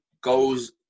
goes